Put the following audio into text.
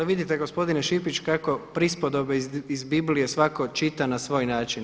Vidite, gospodine Šipić, kako prispodobe iz Biblije svatko čita na svoj način.